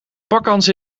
pakkans